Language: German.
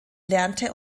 lernte